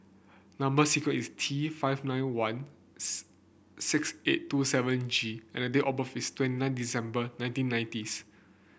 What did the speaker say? number sequence is T five nine one six eight two seven G and the date of birth is twenty nine December nineteen nineties